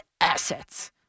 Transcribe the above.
assets